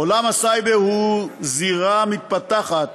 עולם הסייבר הוא זירה מתפתחת